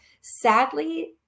Sadly